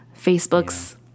Facebook's